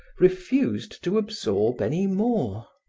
refused to absorb any more.